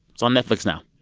it's on netflix now